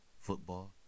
Football